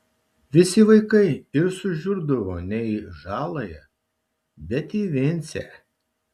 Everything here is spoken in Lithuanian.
visi vaikai ir sužiurdavo ne į žaląją bet į vincę